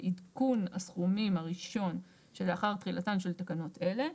בעדכון הסכומים הראשון שלאחר תחילתן של תקנות אלה,